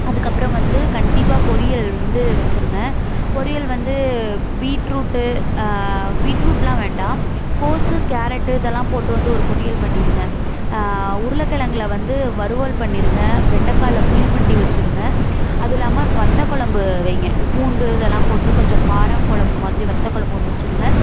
அதுக்கப்றம் வந்து கண்டிப்பாக பொரியல் வந்து வெச்சிடுங்க பொரியல் வந்து பீட்ரூட்டு பீட்ரூட்லாம் வேண்டாம் கோஸு கேரட்டு இதெல்லாம் போட்டு வந்து ஒரு பொரியல் பண்ணிடுங்க உருளகிழங்குல வந்து வறுவல் பண்ணிடுங்க வெண்டக்காய்ல புளி மண்டி வெச்சிடுங்க அதுவும் இல்லாமல் வத்தல் குழம்பு வைய்ங்க பூண்டு இதெல்லாம் போட்டு கொஞ்சம் காரக்கொழம்பு மாதிரி வத்தக்குழம்பு ஒன்று வெச்சிடுங்க